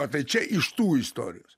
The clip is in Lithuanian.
a tai čia iš tų istorijos